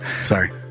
Sorry